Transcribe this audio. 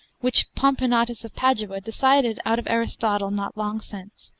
which pomponatus of padua decided out of aristotle not long since,